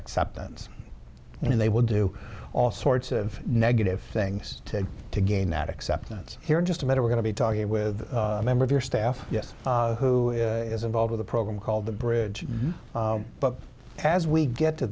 acceptance and they will do all sorts of negative things to gain that acceptance here in just a matter we're going to be talking with a member of your staff yes who is involved with a program called the bridge but as we get to